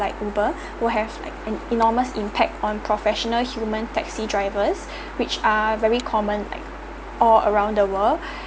like uber who has enormous impact on professional human taxi drivers which are very common like all around the world